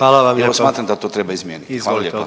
…/Upadica predsjednik: Hvala vam lijepa./… Ja smatram da to treba izmijeniti. Hvala lijepa.